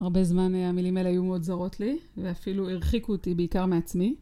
הרבה זמן המילים האלה היו מאוד זרות לי ואפילו הרחיקו אותי בעיקר מעצמי.